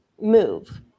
move